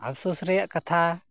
ᱯᱚᱥᱛᱟᱣ ᱨᱮᱭᱟᱜ ᱠᱟᱛᱷᱟ